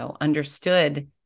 understood